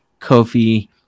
Kofi